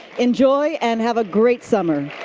enjoy and have a great summer.